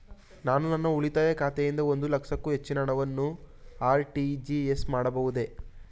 ನಾನು ನನ್ನ ಉಳಿತಾಯ ಖಾತೆಯಿಂದ ಒಂದು ಲಕ್ಷಕ್ಕೂ ಹೆಚ್ಚಿನ ಹಣವನ್ನು ಆರ್.ಟಿ.ಜಿ.ಎಸ್ ಮಾಡಬಹುದೇ?